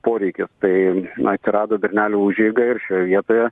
poreikis tai atsirado bernelių užeiga ir šioj vietoje